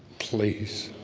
please